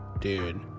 dude